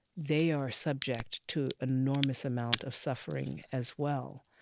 they are subject to an enormous amount of suffering, as well.